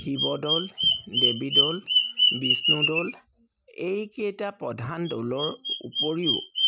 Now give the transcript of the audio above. শিৱদৌল দেৱীদৌল বিষ্ণুদৌল এইকেইটা প্ৰধান দৌলৰ উপৰিও